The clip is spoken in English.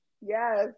Yes